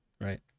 right